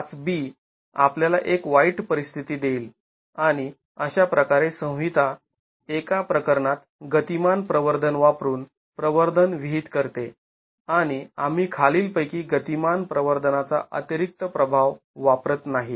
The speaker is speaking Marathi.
05 b आपल्याला एक वाईट परिस्थिती देईल आणि अशाप्रकारे संहिता एका प्रकरणात गतिमान प्रवर्धन वापरून प्रवर्धन विहित करते आणि आम्ही खालील पैकी गतिमान प्रवर्धनाचा अतिरिक्त प्रभाव वापरत नाही